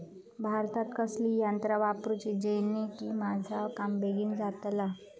भातात कसली यांत्रा वापरुची जेनेकी माझा काम बेगीन जातला?